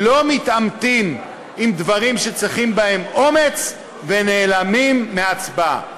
לא מתעמתים עם דברים שצריכים בהם אומץ ונעלמים מההצבעה.